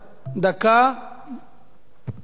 דקה, זהו,